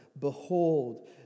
Behold